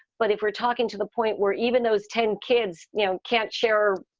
but if we're talking to the point where even those ten kids, you know, can't share,